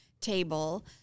table